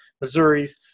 Missouri's